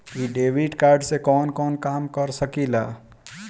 इ debit card से कवन कवन काम कर सकिला?